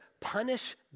punish